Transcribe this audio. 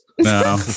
No